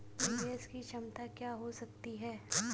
निवेश की क्षमता क्या हो सकती है?